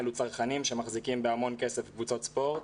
צרכנים שמחזיקים בהמון כסף בקבוצות ספורט.